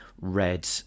red